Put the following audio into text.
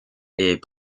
est